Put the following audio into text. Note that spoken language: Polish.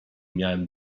miałem